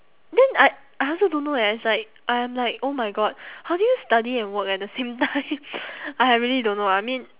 then I I also don't know eh it's like I am like oh my god how do you study and work at the same time !aiya! really don't know ah I mean